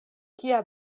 kia